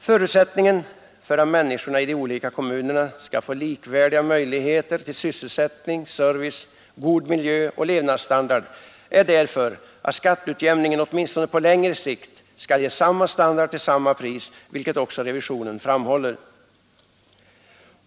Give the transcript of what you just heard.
Förutsättningen för att människorna i de olika kommunerna skall få likvärdiga möjligheter till sysselsättning, service, god miljö och levnadsstandard är därför att skatteutjämningen åtminstone på längre sikt skall ge samma standard till samma pris, vilket också revisionen framhåller.